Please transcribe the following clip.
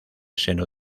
seno